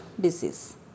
disease